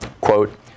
quote